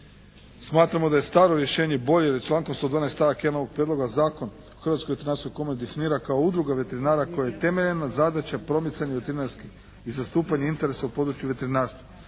Smatramo da je staro rješenje bolje, jer je člankom 112. stavak 1. ovog prijedloga zakona, Hrvatska veterinarska komora definira kao udruga veterinara kojoj je temeljna zadaća promicanje veterinarskih i zastupanje interesa u području veterinarstva.